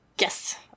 Yes